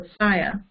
Messiah